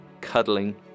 cuddling